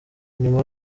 nyuma